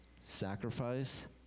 sacrifice